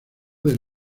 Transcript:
del